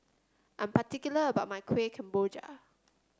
I'm particular about my Kuih Kemboja